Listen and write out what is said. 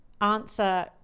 answer